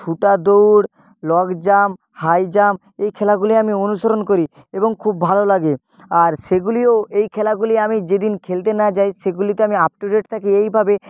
ছোটা দৌড় long jump high jump এই খেলাগুলি আমি অনুসরণ করি এবং খুব ভালো লাগে আর সেগুলিও এই খেলাগুলি আমি যেদিন খেলতে না যাই সেগুলিতে আমি আপ টু ডেট থাকি এইভাবে